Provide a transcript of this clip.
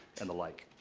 and the like.